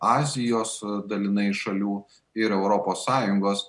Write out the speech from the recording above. azijos dalinai šalių ir europos sąjungos